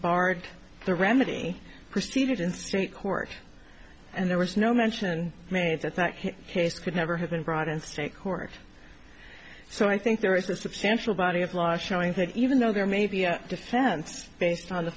barred the remedy christie did in state court and there was no mention made that that haste could never have been brought in state court so i think there is a substantial body of law showing that even though there may be a defense based on the